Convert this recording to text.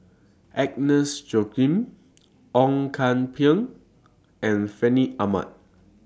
Agnes Joaquim Ong Kian Peng and Fandi Ahmad